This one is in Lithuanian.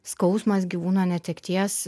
skausmas gyvūno netekties